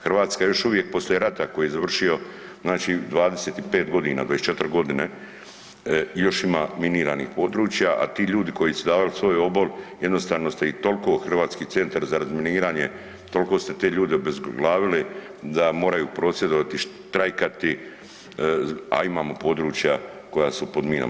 Hrvatska je još uvijek poslije rata koji je završio, znači 25 godina, 24 godine još ima miniranih područja, a ti ljudi koji su davali svoj obol jednostavno ste ih toliko Hrvatski centar za razminiranje toliko ste te ljude obezglavili da moraju prosvjedovati, štrajkati a imamo područja koja su pod minama.